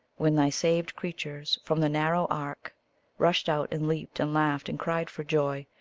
when thy saved creatures from the narrow ark rushed out, and leaped and laughed and cried for joy,